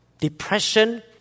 Depression